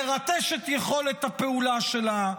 לרטש את יכולת הפעולה שלה,